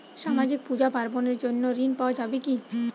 সামাজিক পূজা পার্বণ এর জন্য ঋণ পাওয়া যাবে কি?